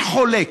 אין חולק,